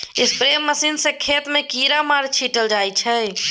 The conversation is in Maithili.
स्प्रे मशीन सँ खेत मे कीरामार छीटल जाइ छै